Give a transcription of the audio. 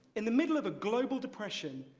in the middle of a global depression,